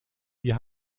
wir